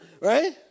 right